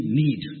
need